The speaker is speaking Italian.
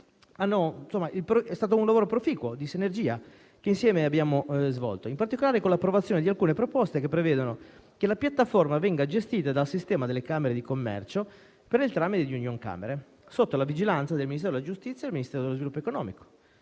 È stato un lavoro proficuo e di sinergia, che insieme abbiamo svolto, in particolare con l'approvazione di alcune proposte che prevedono che la piattaforma venga gestita dal sistema delle camere di commercio, per il tramite di Unioncamere, sotto la vigilanza del Ministero della giustizia e del Ministero dello sviluppo economico.